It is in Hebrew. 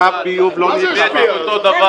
קו ביוב זה לא אותו דבר.